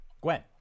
Gwen